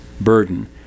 burden